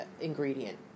ingredient